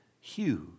huge